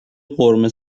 قورمه